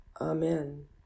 Amen